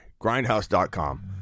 Grindhouse.com